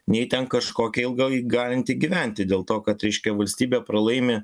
nei ten kažkokia ilgai galinti gyventi dėl to kad reiškia valstybė pralaimi